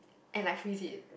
and like freeze it